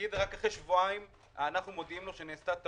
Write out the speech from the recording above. נגיד רק לפני שבועיים אנחנו מודיעים לו שנעשתה טעות,